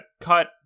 cut